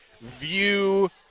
view